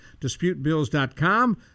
DisputeBills.com